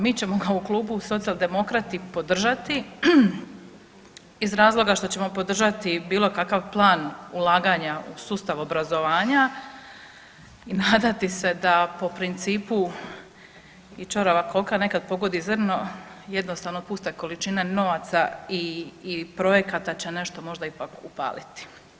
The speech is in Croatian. Mi ćemo ga u klubu Socijaldemokrati podržati iz razloga što ćemo podržati bilo kakav plan ulaganja u sustav obrazovanja i nadati se da po principu i ćorava koka nekad pogodi zrno, jednostavno puste količine novaca i projekata će nešto možda ipak upaliti.